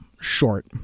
short